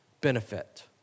benefit